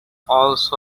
also